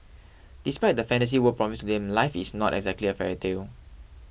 despite the fantasy world promised them life is not exactly a fairy tale